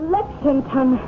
Lexington